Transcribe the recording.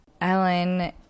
Ellen